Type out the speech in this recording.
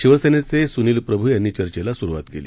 शिवसेनेचे सुनील प्रभू यांनी चर्चेला सुरुवात केली